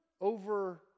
over